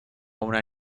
una